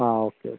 ആ okay okay